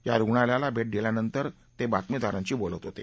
या रुग्णालयाला भेट दिल्यानंतर ते बातमीदारांशी बोलत होते